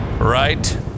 Right